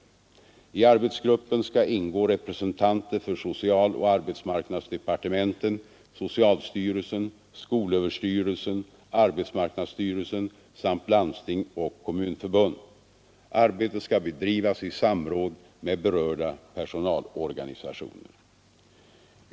I arbetsgruppen skall ingå representanter för socialoch arbetsmarknadsdepartementen, socialstyrelsen, skolöverstyrelsen, arbetsmarknadsstyrelsen samt Landstingsförbundet och Kommunförbundet. Arbetet skall bedrivas i samråd med berörda personalorganisationer.